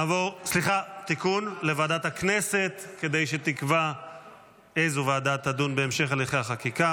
התשפ"ג 2023, לוועדה שתקבע ועדת הכנסת נתקבלה.